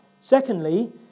Secondly